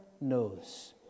knows